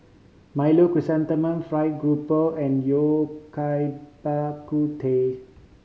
milo Chrysanthemum Fried Garoupa and yao kai Bak Kut Teh